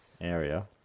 area